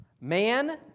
man